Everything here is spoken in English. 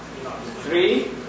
three